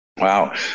Wow